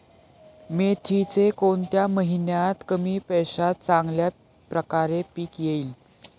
मेथीचे कोणत्या महिन्यात कमी पैशात चांगल्या प्रकारे पीक येईल?